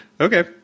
Okay